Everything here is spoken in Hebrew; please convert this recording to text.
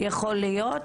יכול להיות,